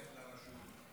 הולך לרשות,